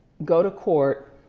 go to court,